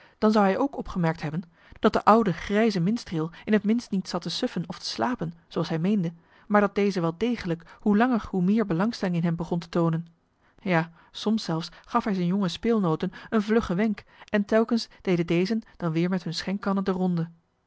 dan zou hij ook opgemerkt hebben dat de oude grijze minstreel in het minst niet zat te suffen of te slapen zooals hij meende maar dat deze wel degelijk hoe langer hoe meer belangstelling in hem begon te toonen ja soms zelfs gaf hij zijnen jongen speelnooten een vluggen wenk en telkens deden dezen dan weer met hunne schenkkannen de ronde